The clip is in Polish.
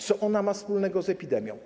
Co ona ma wspólnego z epidemią?